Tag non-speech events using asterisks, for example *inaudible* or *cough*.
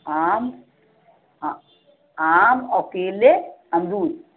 आम *unintelligible* आम और केले अमरूद